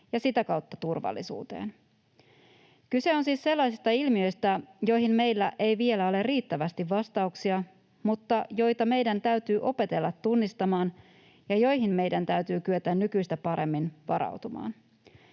ja sitä kautta turvallisuuteen. Kyse on siis sellaisista ilmiöistä, joihin meillä ei vielä ole riittävästi vastauksia, mutta joita meidän täytyy opetella tunnistamaan ja joihin meidän täytyy kyetä nykyistä paremmin varautumaan.